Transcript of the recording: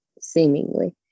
seemingly